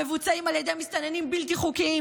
המבוצעים על ידי מסתננים בלתי חוקיים